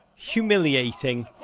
humiliating?